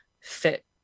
fit